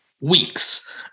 weeks